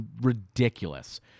ridiculous